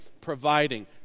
providing